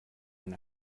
ein